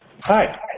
Hi